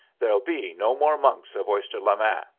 there'll be no more monks of oyster-le-main,